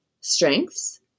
strengths